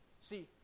See